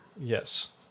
yes